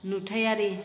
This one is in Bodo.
नुथायारि